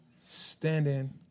standing